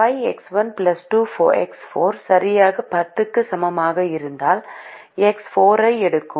5X1 2X4 சரியாக 10 க்கு சமமாக இருந்தால் எக்ஸ் 4 0 ஐ எடுக்கும்